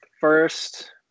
first